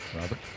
robert